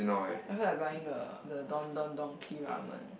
I feel like buying the the Don Don Donki ramen